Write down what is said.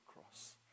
cross